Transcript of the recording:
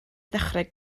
ddechrau